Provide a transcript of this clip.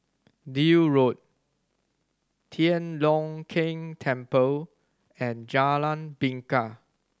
Deal Road Tian Leong Keng Temple and Jalan Bingka